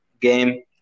game